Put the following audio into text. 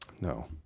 no